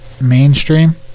mainstream